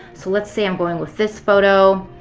so let's say i am going with this photo.